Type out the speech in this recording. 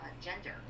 gender